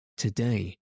Today